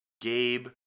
Gabe